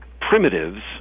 primitives